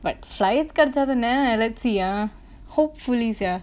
but flights கடச்சாதான:kadachaathaana let's see ah hopefully sia